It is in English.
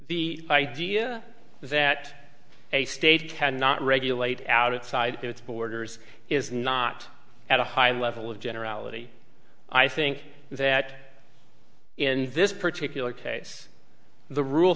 the idea that a state cannot regulate outside its borders is not at a high level of generality i think that in this particular case the rule